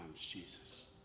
Jesus